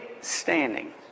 standing